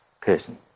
person